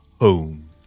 home